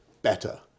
better